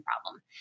problem